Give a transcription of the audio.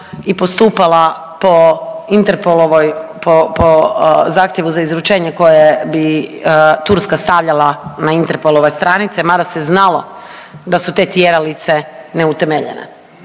i postupala po Interpolovoj po zahtjevu za izručenje koje bi Turska stavljala na Interpolove stranice mada se znalo da su te tjeralice neutemeljene.